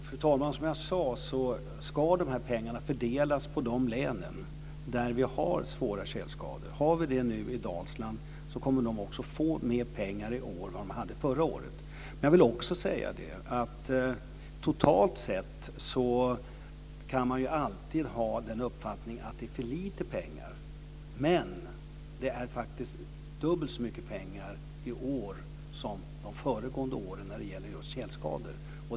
Fru talman! Som jag sade ska de här pengarna fördelas på de län där vi har svåra tjälskador. Har vi det i Dalsland kommer man också att få mer pengar i år än vad man hade förra året. Jag vill också säga att totalt sett kan man alltid ha den uppfattningen att det är för lite pengar. Men det är faktiskt dubbelt så mycket pengar i år som de föregående åren när det gäller just tjälskador.